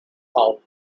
owl